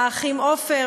האחים עופר,